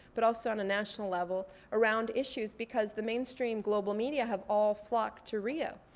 but also on a national level around issues because the mainstream global media have all flocked to rio.